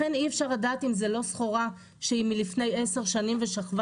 לכן אי אפשר לדעת אם זו לא סחורה שהיא מלפני עשר שנים ושכבה